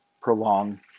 prolong